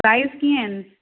size कीअं आहिनि